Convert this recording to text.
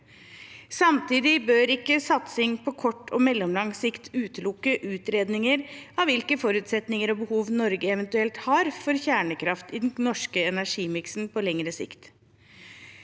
Samtidig bør ikke satsing på kort og mellomlang sikt utelukke utredninger av hvilke forutsetninger og behov Norge eventuelt har for kjernekraft i den norske energimiksen på lengre sikt.